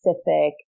specific